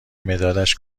مدادش